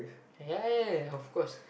ya ya ya of course